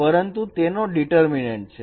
પરંતુ તેનો ડીટર્મીનેન્ટ છે